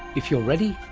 if you're ready,